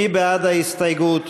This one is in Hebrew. מי בעד ההסתייגות?